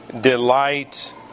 delight